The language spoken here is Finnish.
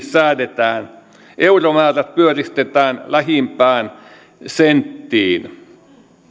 säädetään euromäärät pyöristetään lähimpään senttiin